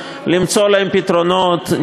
למצוא להם פתרונות.